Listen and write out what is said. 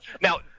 Now